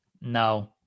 No